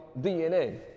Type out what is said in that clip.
DNA